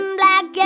black